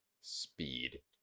speed